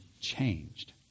changed